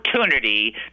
opportunity